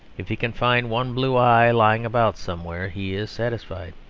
if he can find one blue eye lying about somewhere, he is satisfied.